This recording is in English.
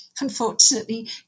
unfortunately